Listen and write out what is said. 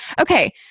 Okay